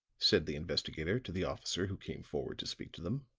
said the investigator to the officer who came forward to speak to them.